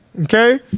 okay